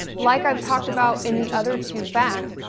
like i've talked about in the other two facts,